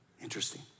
interesting